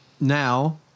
now